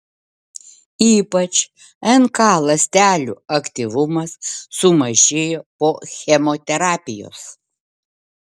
ypač nk ląstelių aktyvumas sumažėjo po chemoterapijos